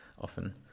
often